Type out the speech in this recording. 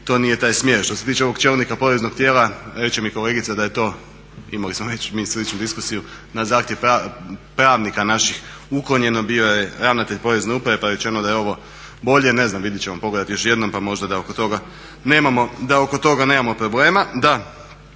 to nije taj smjer. Što se tiče ovog čelnika poreznog tijela reče mi kolegica da je to, imali smo već mi sličnu diskusiju na zahtjev pravnika naših uklonjeno, bio je ravnatelj porezne uprave pa je rečeno da je ovo bolje. Ne znam, vidjet ćemo, pogledati još jednom pa možda da oko toga, da oko toga